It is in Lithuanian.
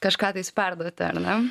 kažką tais perduoti ar ne